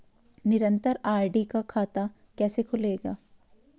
निरन्तर आर.डी का खाता कैसे खुलेगा?